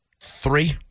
three